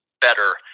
better